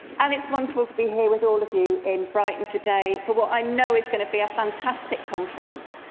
and it's wonderful to be here with all of you in bright on today for what i know is going to be a fantastic conference.